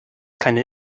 keine